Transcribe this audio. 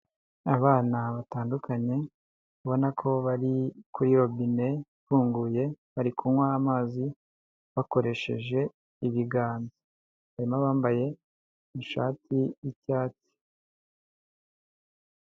Abana batandukanye, ubona ko bari kuri robine ifunguye, bari kunywa amazi bakoresheje ibiganza, harimo abambaye ishati y'icyatsi.